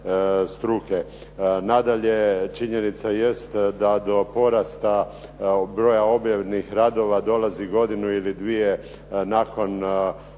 Nadalje, činjenica jest da do porasta broja objavljenih radova dolazi godinu ili dvije nakon odobravanja